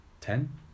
Ten